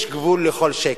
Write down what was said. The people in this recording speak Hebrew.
יש גבול לכל שקר.